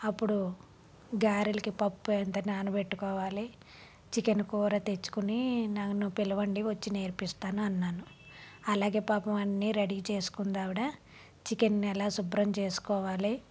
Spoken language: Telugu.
అప్పుడు గారెలకు పప్పు ఎంత నానబెట్టుకోవాలి చికెన్ కూర తెచ్చుకుని నన్ను పిలవండి వచ్చి నేర్పిస్తాను అన్నాను అలాగే పాపం అన్ని రెడీ చేసుకుందావిడ చికెన్ని ఎలా శుభ్రం చేసుకోవాలి